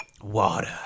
water